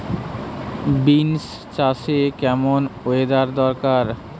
Beans চাষে কেমন weather দরকার?